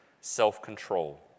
self-control